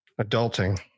adulting